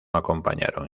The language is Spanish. acompañaron